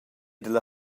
dalla